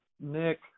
Nick